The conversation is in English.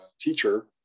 teacher